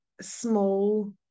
small